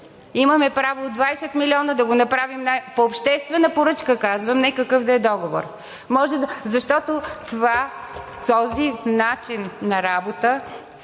Имаме право от 20 милиона да го направим по обществена поръчка, казвам, не какъвто и да е договор, защото този начин на работа